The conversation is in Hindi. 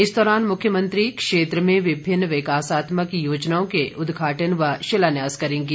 इस दौरान मुख्यमंत्री क्षेत्र में विभिन्न विकासात्मक योजनाओं के उद्घाटन व शिलान्यास करेंगे